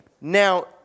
Now